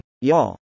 y'all